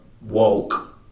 woke